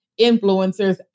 influencers